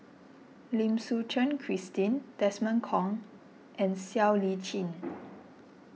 Lim Suchen Christine Desmond Kon and Siow Lee Chin